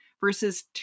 versus